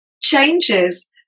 changes